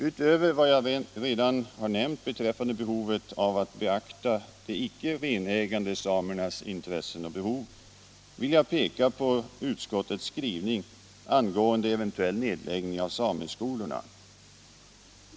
Utöver vad jag redan har nämnt beträffande vikten av att beakta de icke renägande samernas intressen och behov vill jag peka på utskottets skrivning angående eventucll nedläggning av sameskolorna.